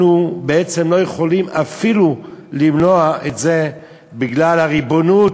אנחנו לא יכולים אפילו למנוע את זה בגלל ה"ריבונות"